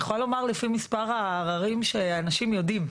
אני יכולה לומר שלפי מספר העררים אנשים יודעים,